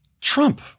Trump